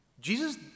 Jesus